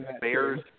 Bears